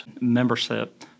membership